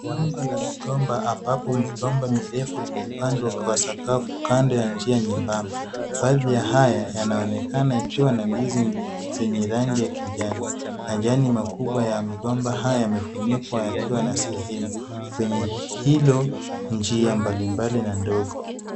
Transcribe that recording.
Shamba la migomba ambapo migomba mirefu limepandwa kwa sakafu kando ya njia nyembamba. Baadhi ya haya yanaonekana ikiwa na ndizi mbichi zenye rangi ya kijani. Majani makubwa ya migomba haya yamefunikwa yakiwa na sehemu kwenye hilo njia mbalimbali na ndogo.